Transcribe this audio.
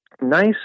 nice